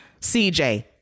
CJ